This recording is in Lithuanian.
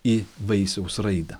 į vaisiaus raidą